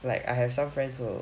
like I have some friends will